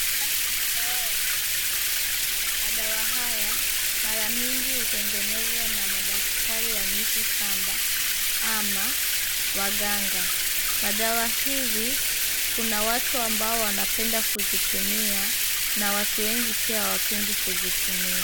Haya ni madawa ya mitishamba. Madawa haya mara mingi hutengenezwa na madaktari wa mitishamba ama waganga. Madawa hizi, kuna watu ambao wanapenda kuzitumia na watu wengi pia hawapendi kuzitumia.